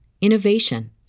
innovation